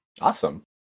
Awesome